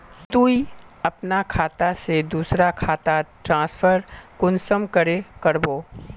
तुई अपना खाता से दूसरा खातात ट्रांसफर कुंसम करे करबो?